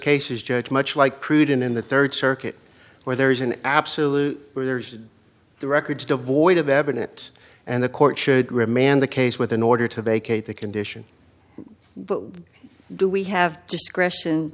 cases judge much like cruden in the third circuit where there is an absolute there's the records devoid of evidence and the court should remand the case with an order to make a the condition do we have discretion